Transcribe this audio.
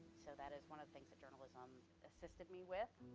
so that is one of the things that journalism assisted me with,